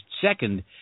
second